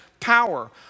Power